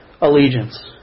allegiance